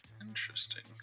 Interesting